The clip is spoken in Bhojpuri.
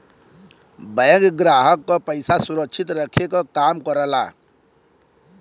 बैंक ग्राहक क पइसा सुरक्षित रखे क काम करला